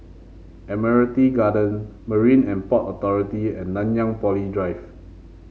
Admiralty Garden Marine And Port Authority and Nanyang Poly Drive